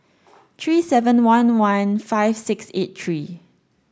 three seven one one five six eight three